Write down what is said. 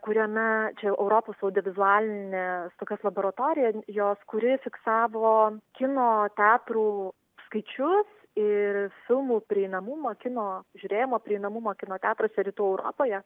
kuriame europos audiovizualinė tokios laboratorija jos kūrėjai fiksavo kino teatrų skaičius ir filmų prieinamumą kino žiūrėjimo prieinamumą kino teatruose rytų europoje